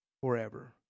forever